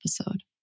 episode